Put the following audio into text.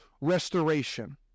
restoration